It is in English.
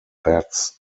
bats